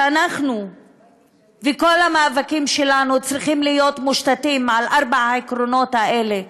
אנחנו וכל המאבקים שלנו צריכים להיות על ארבעת העקרונות האלה: